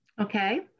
Okay